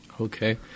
okay